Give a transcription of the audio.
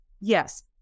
Yes